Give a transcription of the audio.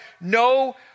no